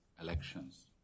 elections